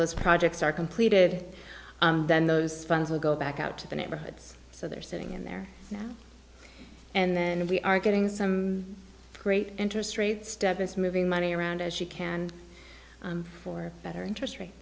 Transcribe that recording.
those projects are completed then those funds will go back out to the neighborhoods so they're sitting in there now and then we are getting some great interest rate step is moving money around as she can for better interest rate